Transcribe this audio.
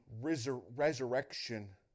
resurrection